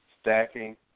Stacking